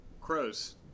crows